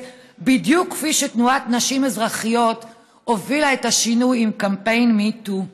בדיוק כפי שתנועת נשים אזרחיות הובילה את השינוי עם קמפיין MeToo.